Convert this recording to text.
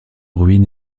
ruine